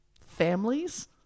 families